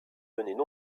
venaient